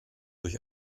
durch